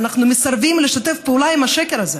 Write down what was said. אנחנו מסרבים לשתף פעולה עם השקר הזה.